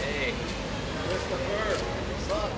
a lot